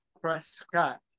Prescott